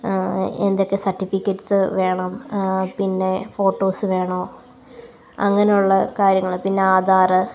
എന്തൊക്കെ സര്ട്ടിഫിക്കറ്റ്സ് വേണം പിന്നെ ഫോട്ടോസ് വേണോ അങ്ങനെയുള്ള കാര്യങ്ങള് പിന്നെ ആധാറ്